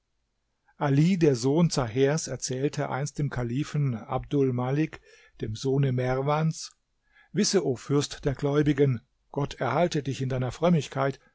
ali der sohn zahers erzählte einst dem kalifen abdul malik dem sohne merwans wisse o fürst der gläubigen gott erhalte dich in deiner frömmigkeit